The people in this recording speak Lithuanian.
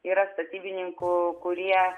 yra statybininkų kurie